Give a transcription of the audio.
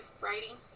writing